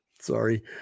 Sorry